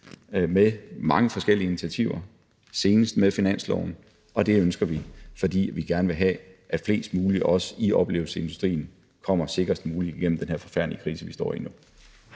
med mange forskellige initiativer. Senest med finansloven, og det ønsker vi, fordi vi gerne vil have, at flest mulige, også i oplevelsesindustrien, kommer sikrest muligt igennem den her forfærdelige krise, vi står i nu.